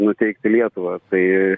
nuteikti lietuvą tai